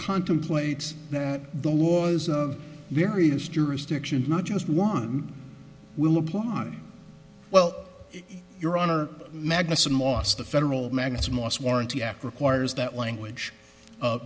contemplates that the laws of various jurisdictions not just one will apply well your honor magnus and mos the federal magnets mos warranty act requires that language